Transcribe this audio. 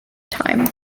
time